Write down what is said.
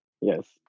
Yes